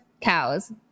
cows